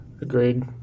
Agreed